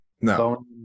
no